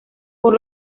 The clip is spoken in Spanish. por